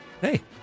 hey